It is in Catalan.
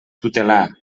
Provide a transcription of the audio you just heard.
tutelar